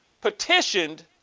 petitioned